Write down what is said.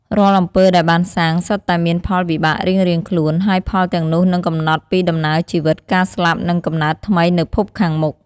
រាល់អំពើដែលបានសាង សុទ្ធតែមានផលវិបាករៀងៗខ្លួន ហើយផលទាំងនោះនឹងកំណត់ពីដំណើរជីវិត ការស្លាប់ និងកំណើតថ្មីនៅភពខាងមុខ។